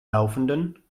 laufenden